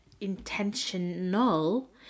intentional